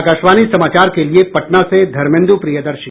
आकाशवाणी समाचार के लिए पटना से धर्मेन्दु प्रियदर्शी